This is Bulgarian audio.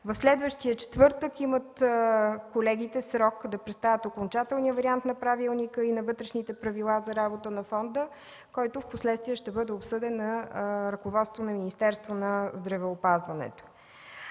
Следващият четвъртък е срокът, който колегите имат, за да представят окончателния вариант на правилника и на вътрешните правила на работа на фонда, които впоследствие ще бъдат обсъдени с ръководството на Министерството на здравеопазването.